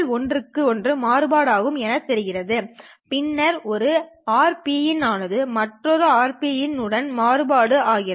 ஒன்றுக்கு ஓன்று மாறுபாடு ஆகும் என தெளிவாகிறது பின்னர் ஒரு RPin ஆனது மற்றொரு RPin உடன் மாறுபாடு ஆகிறது